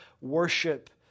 worship